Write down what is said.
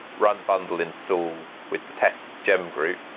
run, bundle, install with the test gem group,